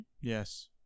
Yes